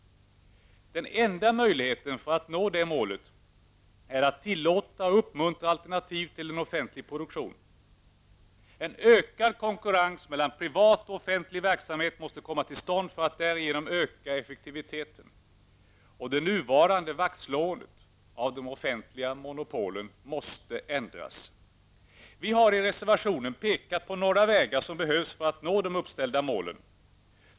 Den enda möjligheten att nå detta mål är att tillåta och uppmuntra alternativ till en offentlig produktion. En ökad konkurrens mellan privat och offentlig verksamhet måste komma till stånd för att därigenom öka effektiviteten. Det nuvarande vaktslåendet om de offentliga monopolen måste ändras. Vi har i reservationen pekat på några vägar som är nödvändiga att gå för att nå de uppställda målen.